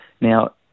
now